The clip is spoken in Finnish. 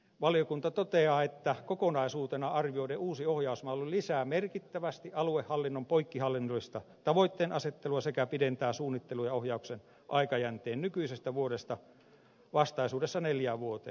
valiokunta toteaa että kokonaisuutena arvioiden uusi ohjausmalli lisää merkittävästi aluehallinnon poikkihallinnollista tavoitteenasettelua sekä pidentää suunnittelun ja ohjauksen aikajänteen nykyisestä vuodesta vastaisuudessa neljään vuoteen